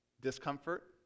Discomfort